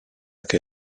che